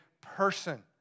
person